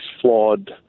flawed